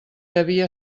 devia